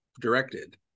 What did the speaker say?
directed